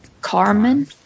Carmen